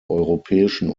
europäischen